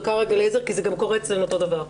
רגע אליעזר, כי גם אצלנו קורה אותו דבר.